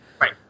Right